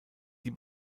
die